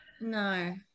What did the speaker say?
no